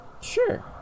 sure